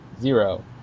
Zero